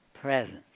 presence